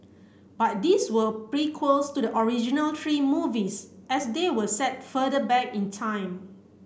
but these were prequels to the original three movies as they were set further back in time